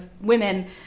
women